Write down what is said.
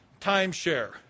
Timeshare